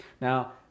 now